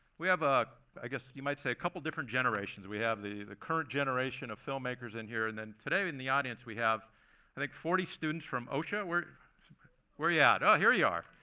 we have ah i guess you might say a couple of different generations. we have the the current generation of filmmakers in here. and then, today, in the audience we have i think forty students from osha. where where yeah but here you are.